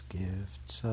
gifts